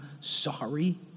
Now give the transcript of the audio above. sorry